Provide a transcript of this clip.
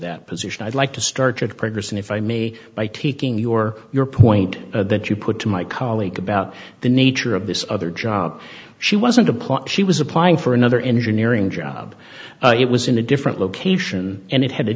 that position i'd like to start to progress and if i may by taking your your point that you put to my colleague about the nature of this other job she wasn't a plant she was applying for another engineering job it was in a different location and it had